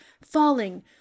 falling